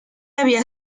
había